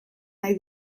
nahi